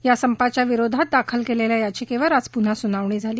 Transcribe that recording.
या संपाच्या विरोधात दाखल केलेल्या याचिकेवर आज पुन्हा सुनावणी झाली